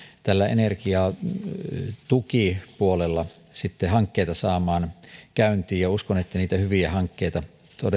tällä energiatukipuolella sitten hankkeita saamaan käyntiin ja uskon että hyviä hankkeita